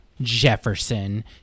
Jefferson